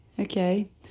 Okay